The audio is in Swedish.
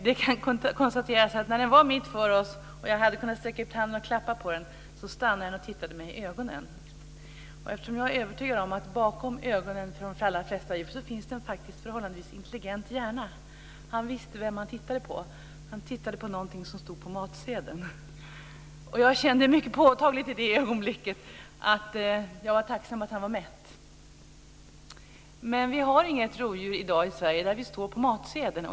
Det kan konstateras att när det var mitt för oss, och jag hade kunnat sträcka ut handen och klappa på det, stannade det och tittade mig i ögonen. Jag är övertygad om att bakom ögonen på de allra flesta djur faktiskt finns en förhållandevis intelligent hjärna. Han visste vem han tittade på. Han tittade på någonting som stod på matsedeln. Jag kände mycket påtagligt i det ögonblicket att jag var tacksam att han var mätt. Vi har i dag inget rovdjur i Sverige där vi står på matsedeln.